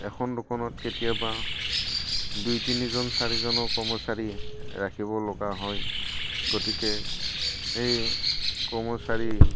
এখন দোকানত কেতিয়াবা দুই তিনিজন চাৰিজনো কৰ্মচাৰী ৰাখিব লগা হয় গতিকে এই কৰ্মচাৰী